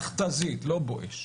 מכת"זית, לא "בואש".